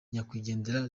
nyakwigendera